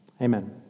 Amen